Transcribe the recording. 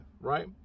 right